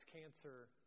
cancer